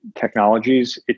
technologies